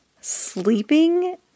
sleeping